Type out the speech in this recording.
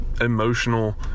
emotional